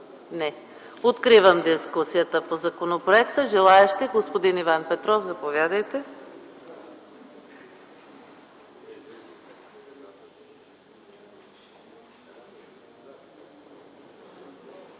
Не. Откривам дискусията по законопроекта. Желаещи? Господин Иван Петров. Заповядайте.